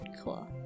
Cool